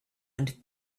and